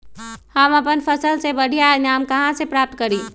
हम अपन फसल से बढ़िया ईनाम कहाँ से प्राप्त करी?